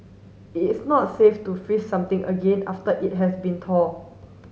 it is not safe to freeze something again after it has been thawed